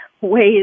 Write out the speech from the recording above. ways